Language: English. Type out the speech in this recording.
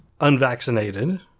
unvaccinated